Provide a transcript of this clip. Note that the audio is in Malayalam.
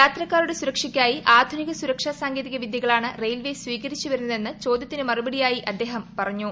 യാത്രക്കാരുടെ സുരക്ഷയ്ക്കായി ആധുനിക സുരക്ഷാ സാങ്കേതിക വിദ്യകളാണ് റെയിൽവെ സ്വീകരിച്ചുവരുന്നതെന്ന് ചോദ്യത്തിന് മറ്റൂപ്പിട്ടിയ്ട്യി അദ്ദേഹം പറഞ്ഞു